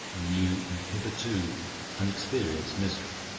a new and hitherto unexperienced misery.